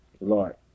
Lord